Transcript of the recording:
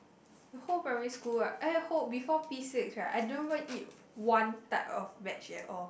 the whole primary school right eh whole before P six right I don't even eat one type of veg at all